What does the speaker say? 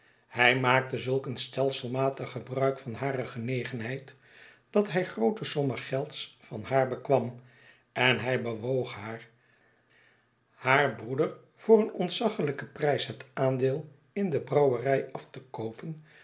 hij maakte zulk een stelselmatig gebruik van hare genegenheid dat hij groote sommen gelds van haar bekwam en hij bewoog haar haar broeder voor een ontzaglijken prijs het aandeel in de brouwerij af te koopen